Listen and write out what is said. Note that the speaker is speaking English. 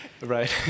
right